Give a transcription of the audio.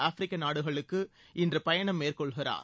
ஆப்பிரிக்க நாடுகளுக்கு இன்று பயணம் மேற்கொள்கிறார்